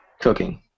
cooking